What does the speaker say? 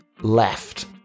left